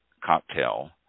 cocktail